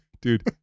Dude